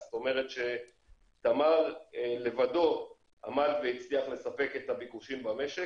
זאת אומרת שתמר לבדו עמד והצליח לספק את הביקושים במשק.